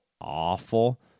Awful